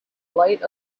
light